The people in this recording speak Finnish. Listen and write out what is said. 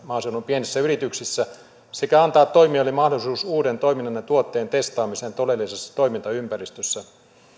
maaseudun pienissä yrityksissä sekä antaa toimijoille mahdollisuus uuden toiminnan ja tuotteen testaamiseen todellisessa toimintaympäristössä